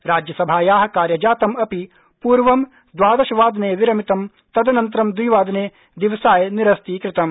राज्यसभाया कार्यजातम् अपि पूर्वं द्वादशवादने विरमितं तदननतरं द्विवादने दिवसाय निरस्तीकृतम्